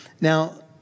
Now